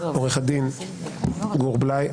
עורך הדין גור בליי,